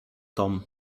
tom